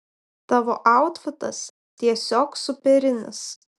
tavo autfitas tiesiog superinis